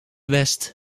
west